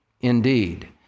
indeed